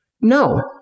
No